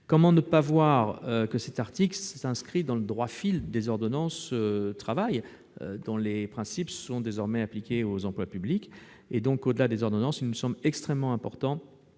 Comment ne pas voir que cet article s'inscrit dans le droit fil des ordonnances Travail, dont les principes sont désormais appliqués aux emplois publics ? Par conséquent, au-delà des ordonnances, il me semble extrêmement important